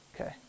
Okay